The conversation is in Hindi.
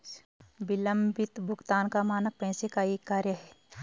विलम्बित भुगतान का मानक पैसे का एक कार्य है